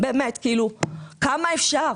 באמת, כאילו, כמה אפשר?